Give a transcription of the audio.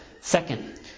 second